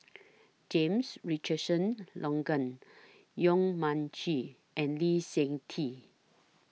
James Richardson Logan Yong Mun Chee and Lee Seng Tee